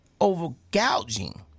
over-gouging